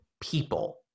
people